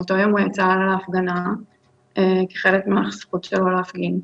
באותו יום הוא יצא להפגנה כחלק מהזכות שלו להפגין.